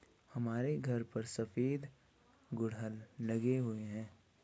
हमारे घर पर सफेद गुड़हल लगे हुए हैं